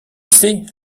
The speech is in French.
sait